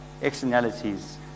externalities